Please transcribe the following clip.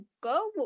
Go